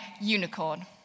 unicorn